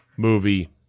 movie